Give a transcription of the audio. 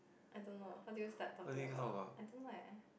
I don't know how do you start talking about I don't know eh